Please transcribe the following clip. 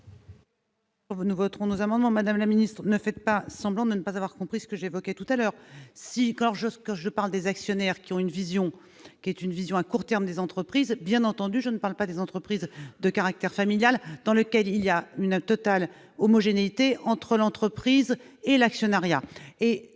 Nous voterons notamment Madame la Ministre, ne faites pas semblant de ne pas avoir compris ce que j'évoquais tout à l'heure Cicor je ce que je parle des actionnaires qui ont une vision qui est une vision à court terme des entreprises, bien entendu, je ne parle pas des entreprises de caractère familial dans lequel il y a une un total homogénéité entre l'entreprise et l'actionnariat